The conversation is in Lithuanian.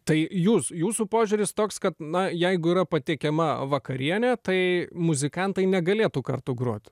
tai jūs jūsų požiūris toks kad na jeigu yra patiekiama vakarienė tai muzikantai negalėtų kartu grot